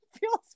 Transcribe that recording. feels